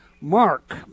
Mark